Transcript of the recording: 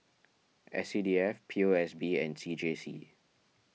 S C D F P O S B and C J C